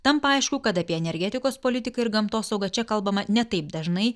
tampa aišku kad apie energetikos politiką ir gamtosaugą čia kalbama ne taip dažnai